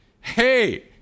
Hey